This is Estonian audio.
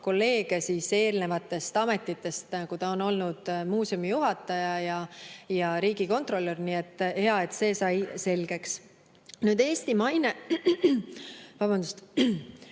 kolleege eelnevatest ametitest, kui ta on olnud muuseumi juhataja ja riigikontrolör. Nii et hea, et see sai selgeks. Nüüd, Eesti maine